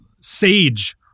sage